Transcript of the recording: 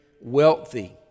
wealthy